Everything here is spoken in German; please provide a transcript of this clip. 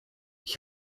ich